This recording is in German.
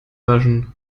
waschen